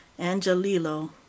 Angelillo